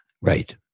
Right